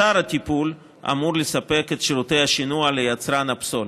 ואתר הטיפול אמור לספק את שירותי השינוע ליצרן הפסולת.